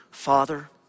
Father